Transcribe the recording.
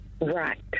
Right